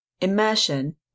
immersion